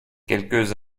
quelques